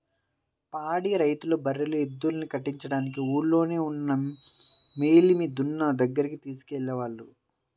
పాడి రైతులు బర్రెలు, ఎద్దుల్ని కట్టించడానికి ఊల్లోనే ఉన్న మేలిమి దున్న దగ్గరికి తీసుకెళ్ళేవాళ్ళు